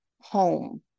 home